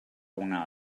una